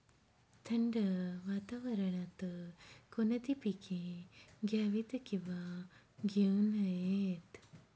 थंड वातावरणात कोणती पिके घ्यावीत? किंवा घेऊ नयेत?